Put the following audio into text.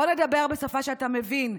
בוא נדבר בשפה שאתה מבין.